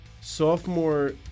Sophomore